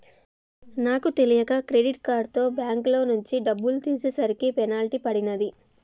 నాకు తెలియక క్రెడిట్ కార్డుతో బ్యేంకులోంచి డబ్బులు తీసేసరికి పెనాల్టీ పడినాది